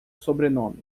sobrenome